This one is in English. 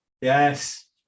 Yes